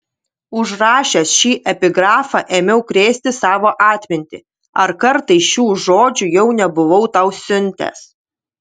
užrašęs šį epigrafą ėmiau krėsti savo atmintį ar kartais šių žodžių jau nebuvau tau siuntęs